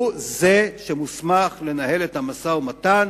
הוא זה שמוסמך לנהל את המשא-ומתן,